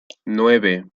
nueve